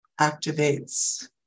activates